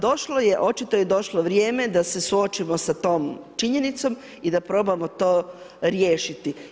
Došlo je, očito je došlo vrijeme da se suočimo sa tom činjenicom i da probamo to riješiti.